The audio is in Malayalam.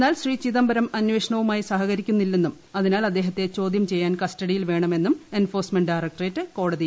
എന്നാൽ ശ്രീ ചിദംബരം അന്വേഷണവുമായി സഹകരിക്കുന്നില്ലെന്നും അതിനാൽ അദ്ദേഹത്തെ ചോദ്യം ചെയ്യാൻ കസ്റ്റഡിയിൽ വേണമെന്നും എൻഫോഴ്സ്മെന്റ് ഡയറക്ട്രേറ്റ് കോടതിയെ അറിയിച്ചിട്ടുണ്ട്